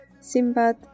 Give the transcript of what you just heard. Simbad